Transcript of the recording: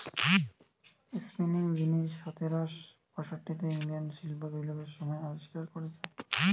spinning যিনি সতেরশ পয়ষট্টিতে ইংল্যান্ডে শিল্প বিপ্লবের সময় আবিষ্কার কোরেছে